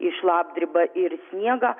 į šlapdribą ir sniegą